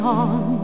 on